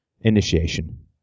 initiation